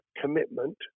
commitment